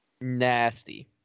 nasty